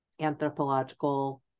anthropological